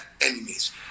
enemies